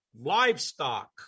Livestock